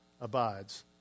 abides